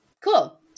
Cool